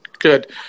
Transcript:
Good